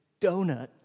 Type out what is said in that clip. donut